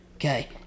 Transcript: Okay